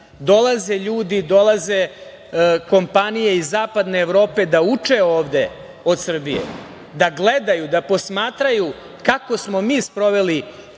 ljudi i dolaze kompanije iz Zapadne Evrope da uče ovde od Srbije, da gledaju, da posmatraju kako smo mi sproveli